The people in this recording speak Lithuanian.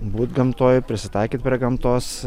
būt gamtoj prisitaikyt prie gamtos